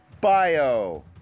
bio